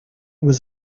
was